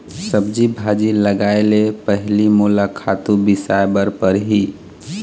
सब्जी भाजी लगाए ले पहिली मोला खातू बिसाय बर परही